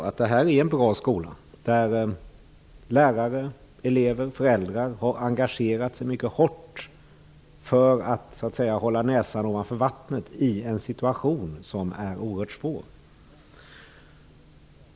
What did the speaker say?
Lärare, elever och föräldrar har engagerat sig mycket hårt för att hålla näsan ovanför vattnet i en situation som är oerhört svår.